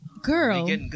Girl